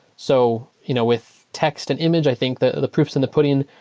so you know with text and image, i think the proof is in the pudding.